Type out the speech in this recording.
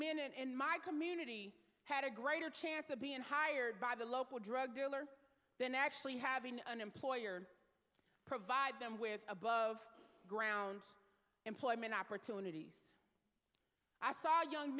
men in my community had a greater chance of being hired by the local drug dealer than actually having an employer provide them with above ground employment opportunities i saw young